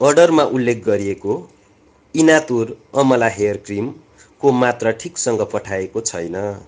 अर्डरमा उल्लेख गरिएको इनातुर अमला हेयर क्रिमको मात्रा ठिकसँग पठाएको छैन